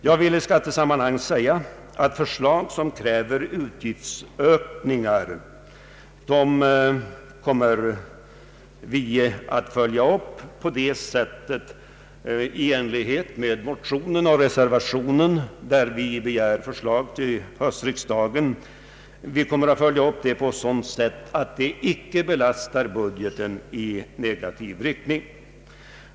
Jag vill i detta sammanhang säga att skatteförslag som kräver utgiftsökningar kommer vi att följa upp i enlighet med motionerna och reservationen, där vi begär förslag till höstriksdagen. Sådana skatteförslag kommer vi att handlägga på ett sådant sätt att de icke kommer att belasta budgeten i negativ riktning.